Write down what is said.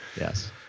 Yes